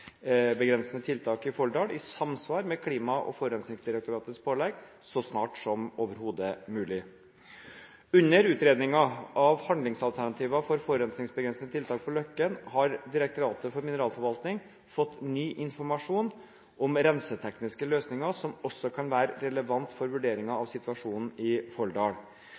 tiltak i Folldal, i samsvar med Klima- og forurensningsdirektoratets pålegg, så snart som overhodet mulig. Under utredningen av handlingsalternativer for forurensningsbegrensende tiltak på Løkken har Direktoratet for mineralforvaltning fått ny informasjon om rensetekniske løsninger som også kan være relevant for vurderingen av situasjonen i